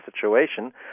situation